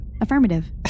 affirmative